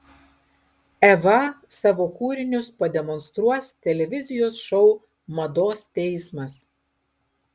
eva savo kūrinius pademonstruos televizijos šou mados teismas